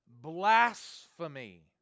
blasphemy